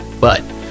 But-